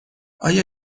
آیا